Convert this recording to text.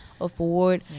Afford